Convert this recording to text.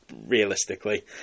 realistically